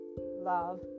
love